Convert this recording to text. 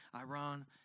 Iran